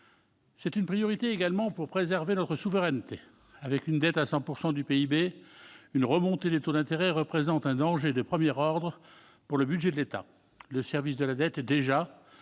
une priorité pour préserver notre souveraineté. Quand la dette atteint 100 % du PIB, une remontée des taux d'intérêt représente un danger de premier ordre pour le budget de l'État. Le service de la dette est déjà